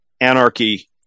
anarchy